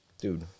dude